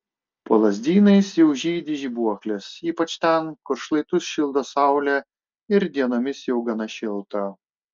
po lazdynais jau žydi žibuoklės ypač ten kur šlaitus šildo saulė ir dienomis jau gana šilta